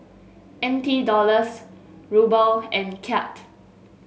N T Dollars Ruble and Kyat